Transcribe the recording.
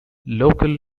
local